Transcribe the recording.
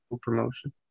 promotion